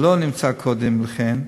שלא נמצא קודם לכן,